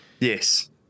Yes